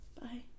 Bye